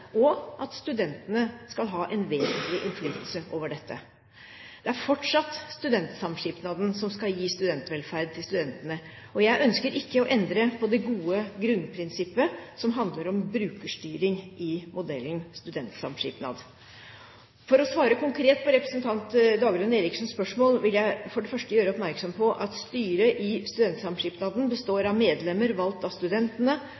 og at studentene skal ha en vesentlig innflytelse over dette. Det er fortsatt studentsamskipnaden som skal gi studentvelferd til studentene, og jeg ønsker ikke å endre på det gode grunnprinsippet som handler om brukerstyring i modellen «studentsamskipnad». For å svare konkret på representanten Dagrun Eriksens spørsmål vil jeg for det første gjøre oppmerksom på at styret i studentsamskipnaden består av medlemmer valgt av studentene,